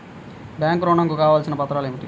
Bank ఋణం కు కావలసిన పత్రాలు ఏమిటి?